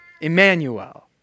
Emmanuel